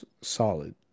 Solid